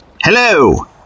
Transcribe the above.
Hello